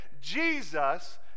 Jesus